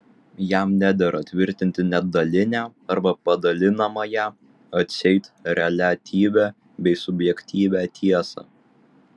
jam nedera tvirtinti net dalinę arba padalinamąją atseit reliatyvią bei subjektyvią tiesą